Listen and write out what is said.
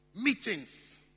meetings